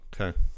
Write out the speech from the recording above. Okay